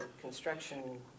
construction